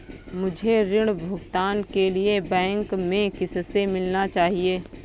मुझे ऋण भुगतान के लिए बैंक में किससे मिलना चाहिए?